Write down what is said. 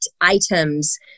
items